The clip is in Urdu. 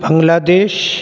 بنگلہ دیش